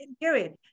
Period